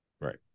right